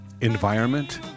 environment